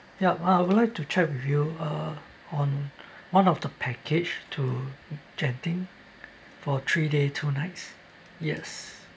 yup I would like to check with you uh on one of the package to genting for three day two nights yes